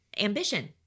ambition